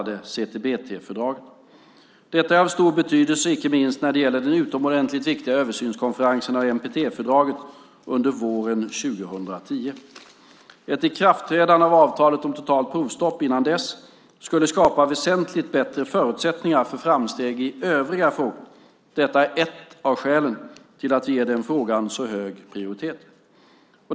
Detta är av stor betydelse icke minst när det gäller den utomordentligt viktiga översynskonferensen om NPT-fördraget under våren 2010. Ett ikraftträdande av avtalet om totalt provstopp innan dess skulle skapa väsentligt bättre förutsättningar för framsteg i övriga frågor - det är ett av skälen till att vi ger den frågan så hög prioritet.